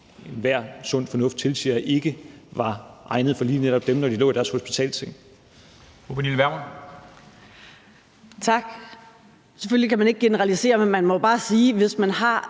enhver sund fornuft tilsiger ikke er egnet for lige netop dem, når de ligger i en hospitalsseng.